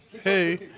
Hey